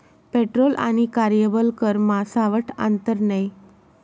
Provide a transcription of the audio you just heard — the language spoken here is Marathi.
पेट्रोल आणि कार्यबल करमा सावठं आंतर नै